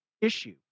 issue